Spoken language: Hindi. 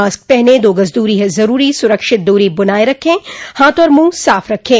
मास्क पहनें दो गज़ दूरी है ज़रूरी सुरक्षित दूरी बनाए रखें हाथ और मुंह साफ़ रखें